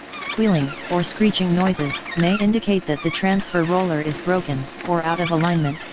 squealing or screeching noises may indicate that the transfer roller is broken or out of alignment.